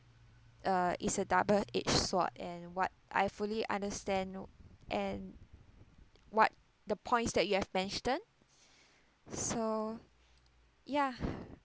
uh is a double-edged sword and what I fully understand and what the points that you have mentioned so ya